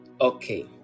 Okay